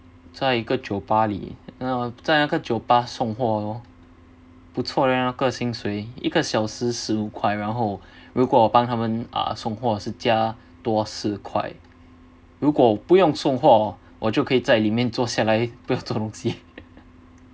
在一个酒吧里在一个酒吧送货不错叻那个薪水一个小时十五块然后如果我帮他们送货是加多十块如果不用送货我就可以在里面坐下来不用做东西